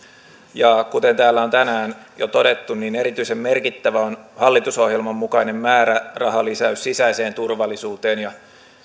ja kuten täällä on tänään jo todettu niin erityisen merkittävä on hallitusohjelman mukainen määrärahalisäys sisäiseen turvallisuuteen ja